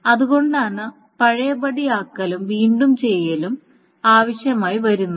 അതുകൊണ്ടാണ് പഴയപടിയാക്കലും വീണ്ടും ചെയ്യലും ആവശ്യമായി വരുന്നത്